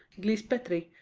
gli spettri,